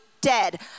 dead